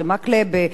אורי מקלב,